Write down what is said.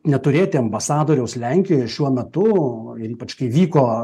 neturėti ambasadoriaus lenkijoje šiuo metu ypač kai vyko